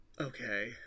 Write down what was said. Okay